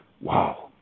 wow